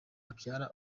abyara